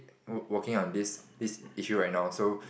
wo~ working on this this issue right now so